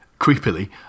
creepily